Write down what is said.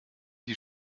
die